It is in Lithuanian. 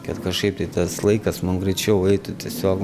kad kažkaip tai tas laikas nu greičiau eitų tiesiog